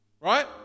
right